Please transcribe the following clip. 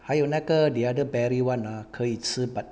还有那个 the other berry [one] ah 可以吃 but